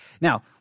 Now